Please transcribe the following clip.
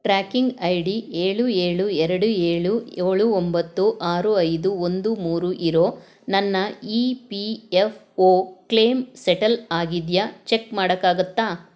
tracking ID ಏಳು ಏಳು ಎರಡು ಏಳು ಏಳು ಒಂಬತ್ತು ಆರು ಐದು ಒಂದು ಮೂರು ಇರೋ ನನ್ನ EPFO claim settle ಆಗಿದೆಯಾ ಚೆಕ್ ಮಾಡಕ್ಕಾಗತ್ತಾ